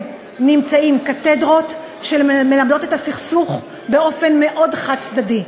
יש קתדרות שמלמדות על הסכסוך באופן מאוד חד-צדדי.